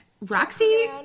roxy